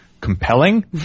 compelling